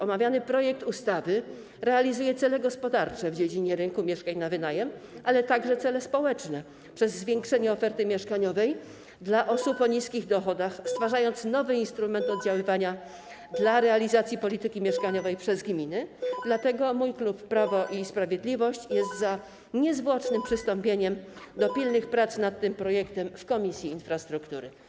Omawiany projekt ustawy realizuje cele gospodarcze w dziedzinie rynku mieszkań na wynajem, ale także cele społeczne przez zwiększenie oferty mieszkaniowej dla osób o niskich dochodach, stwarzając nowy instrument oddziaływania, realizacji polityki mieszkaniowej przez gminy, dlatego mój klub, Prawo i Sprawiedliwość, jest za niezwłocznym przystąpieniem do pilnych prac nad tym projektem w Komisji Infrastruktury.